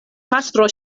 pastro